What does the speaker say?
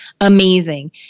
amazing